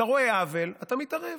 אתה רואה עוול, אתה מתערב.